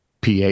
PA